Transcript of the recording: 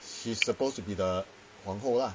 she's supposed to be the 王后 lah